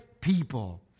people